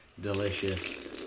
delicious